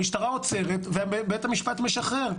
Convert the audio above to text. המשטרה עוצרת ובית המשפט משחרר.